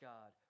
God